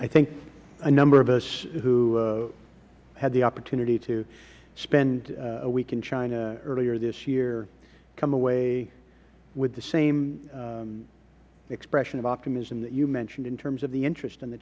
i think a number of us who had the opportunity to spend a week in china earlier this year came away with the same expression of optimism that you mentioned in terms of the interest of the